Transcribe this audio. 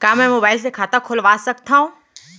का मैं मोबाइल से खाता खोलवा सकथव?